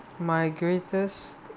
my greatest